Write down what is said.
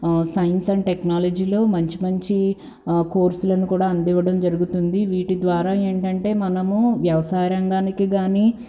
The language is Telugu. సైన్స్ అండ్ టెక్నాలజీలో మంచి మంచి కోర్సులను కూడా అందివడం జరుగుతుంది వీటి ద్వారా ఏంటంటే మనము వ్యవసాయరంగానికి కానీ